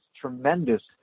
tremendous